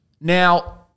Now